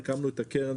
הקמנו את הקרן,